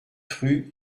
rue